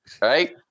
right